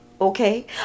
okay